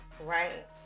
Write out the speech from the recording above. Right